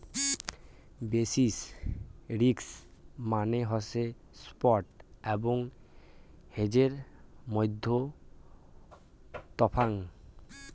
basis risk মানে হসে spot এবং হেজের মইধ্যে তফাৎ